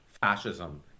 fascism